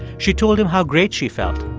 she told him how great she felt.